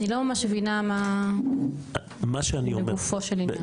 אני לא ממש מבינה מה לגופו של עניין.